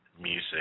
Music